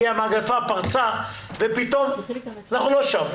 אנחנו לא שם.